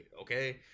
okay